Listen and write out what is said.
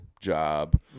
job